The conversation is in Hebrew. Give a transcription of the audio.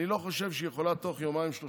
אני לא חושב שהיא יכולה תוך יומיים-שלושה